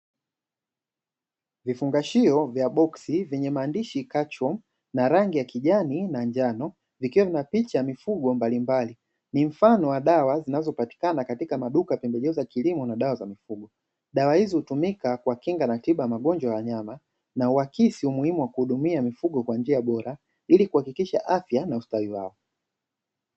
Vifungashio vya box vyenye maandishi kachro na rangi ya kijani na njano, vikiwa na picha ya mifugo mbalimbali, ni mfano wa dawa zinazopatikana katika maduka ya pembejeo za kilimo na dawa za mifugo, dawa hizi hutumika kwa kinga na tiba ya magonjwa ya wanyama, nawahisi umuhimu wa kuhudumia mifugo kwa njia bora ili kuhakikisha afya na ustawi wao.